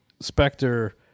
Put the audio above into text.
Spectre